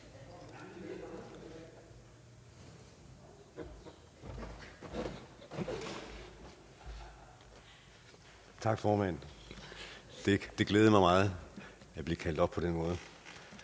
Tak, formand. Det glæder mig meget at blive kaldt op på den måde.